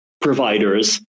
providers